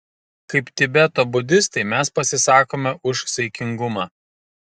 kaip tibeto budistai mes pasisakome už saikingumą